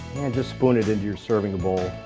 and just spoon it into your serving bowl.